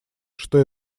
что